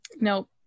Nope